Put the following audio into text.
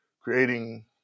creating